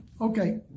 Okay